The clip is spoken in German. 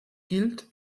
gilt